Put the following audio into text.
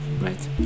Right